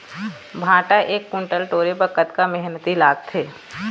भांटा एक कुन्टल टोरे बर कतका मेहनती लागथे?